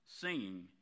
singing